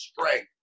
strength